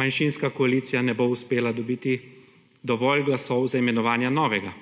manjšinska koalicija ne bo uspela dobiti dovolj glasov za imenovanje novega.